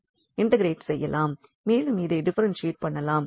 மேலும் இதை டிஃபரென்ஷியேட் பண்ணலாம்